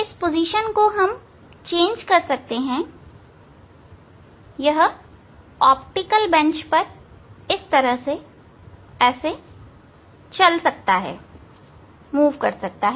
सीधा हम इस की स्थिति को बदल सकते हैं यह ऑप्टिकल बेंच पर चल सकता है